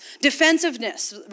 Defensiveness